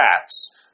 rats